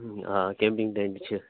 آ camping tent چھِ